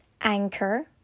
Anchor